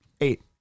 Eight